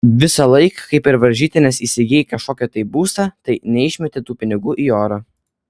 visąlaik kai per varžytines įsigyji kažkokį tai būstą tai neišmeti tų pinigų į orą